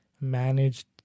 managed